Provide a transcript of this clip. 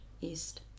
East